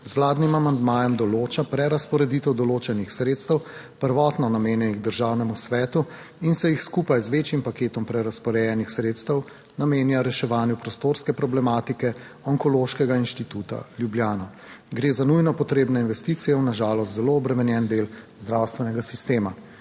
z vladnim amandmajem določa prerazporeditev določenih sredstev, prvotno namenjenih Državnemu svetu in se jih skupaj z večjim paketom prerazporejenih sredstev namenja reševanju prostorske problematike Onkološkega inštituta Ljubljana. Gre za nujno potrebne investicije v na žalost zelo obremenjen del zdravstvenega sistema.